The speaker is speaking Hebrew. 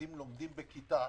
תלמידים לומדים בכיתה,